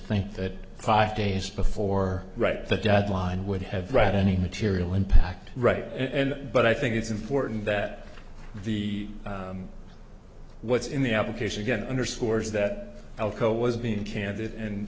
think that five days before right the deadline would have read any material impact right and but i think it's important that the what's in the application again underscores that alcoa was being cand